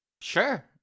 Sure